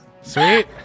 sweet